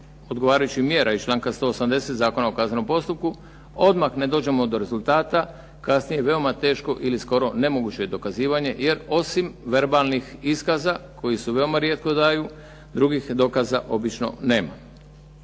odgovarajućih mjera iz članka 180. Zakona o kaznenom postupku odmah ne dođemo do rezultata kasnije veoma teško i gotovo nemoguće je dokazivanje jer osim verbalnih iskaza koji se veoma rijetko daju drugih dokaza nema.